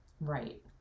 right